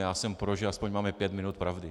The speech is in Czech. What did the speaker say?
A já jsem pro, že aspoň máme pět minut pravdy.